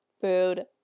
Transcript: Food